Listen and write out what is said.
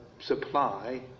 supply